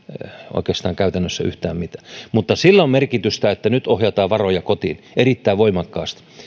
oikeastaan yhtään mitään mutta sillä on merkitystä että nyt ohjataan varoja kotiin erittäin voimakkaasti